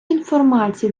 інформації